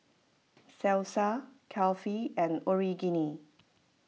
Salsa Kulfi and Onigiri